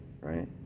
Right